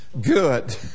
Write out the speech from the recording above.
Good